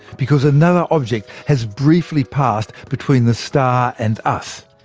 because another object has briefly passed between the star and us.